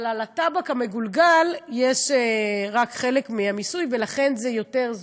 אבל על הטבק המגולגל יש רק חלק מהמיסוי ולכן זה יותר זול.